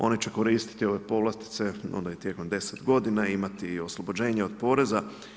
Oni će koristiti ove povlastice onda i tijekom deset godina, imati oslobođenje od poreza.